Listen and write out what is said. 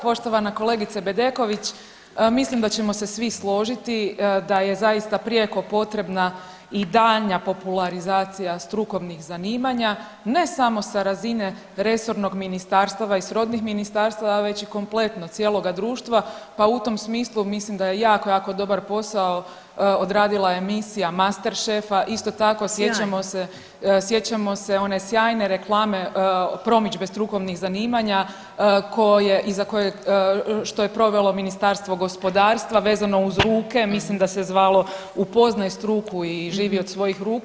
Poštovana kolegice Bedeković, mislim da ćemo se svi složiti da je zaista prijeko potrebna i daljnja popularizacija strukovnih zanimanja ne samo sa razine resornog ministarstava i srodnih ministarstava već i kompletno cijeloga društva, pa u tom smislu mislim da je jako, jako dobar posao odradila emisija Masterchefa [[Upadica: Sjajno.]] isto tako sjećamo se one sjajne reklame promidžbe strukovnih zanimanja koje, iza koje, što je provelo Ministarstvo gospodarstva vezano uz ruke mislim da se zvalo upoznaj struku i živi od svojih ruku.